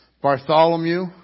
Bartholomew